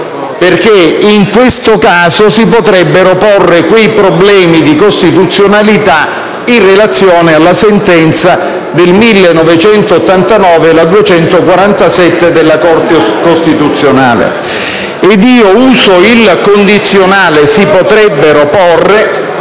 in questo caso si potrebbero porre quei problemi di costituzionalità in relazione alla sentenza del 1989, n. 247, della Corte costituzionale. Io uso il condizionale («si potrebbero porre»)